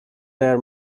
their